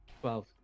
Twelve